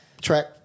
track